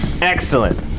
Excellent